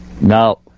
Now